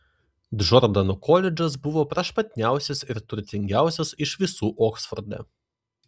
džordano koledžas buvo prašmatniausias ir turtingiausias iš visų oksforde